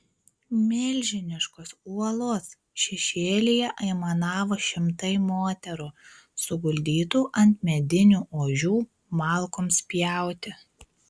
milžiniškos uolos šešėlyje aimanavo šimtai moterų suguldytų ant medinių ožių malkoms pjauti